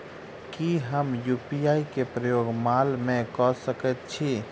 की हम यु.पी.आई केँ प्रयोग माल मै कऽ सकैत छी?